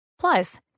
Plus